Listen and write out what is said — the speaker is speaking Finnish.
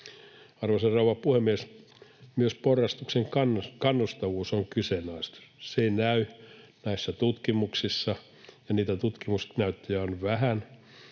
Arvoisa rouva puhemies! Myös porrastuksen kannustavuus on kyseenalaista. Se ei näy näissä tutkimuksissa, ja niitä tutkimusnäyttöjä on vähän.